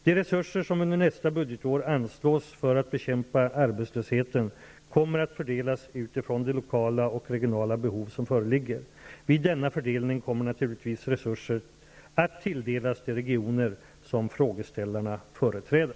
De resurser som under nästa budgetår anslås för att bekämpa arbetslösheten kommer att fördelas utifrån de lokala och regionala behov som föreligger. Vid denna fördelning kommer naturligtvis resurser att tilldelas de regioner som frågeställarna företräder.